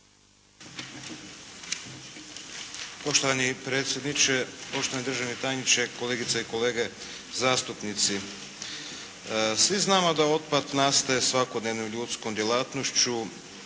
Poštovani predsjedniče, poštovani državni tajniče, kolegice i kolege zastupnici. Svi znamo da otpad nastaje svakodnevnom ljudskom djelatnošću,